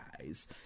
guys